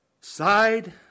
Side